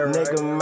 Nigga